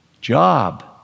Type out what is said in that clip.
Job